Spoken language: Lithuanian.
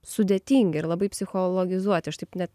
sudėtingi ir labai psichologizuoti aš taip net